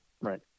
Right